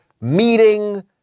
meeting